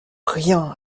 rien